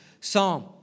Psalm